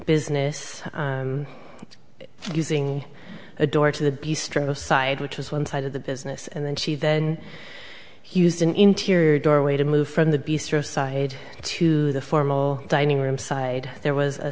business using a door to the side which was one side of the business and then she then he used an interior doorway to move from the beast row side to the formal dining room side there was a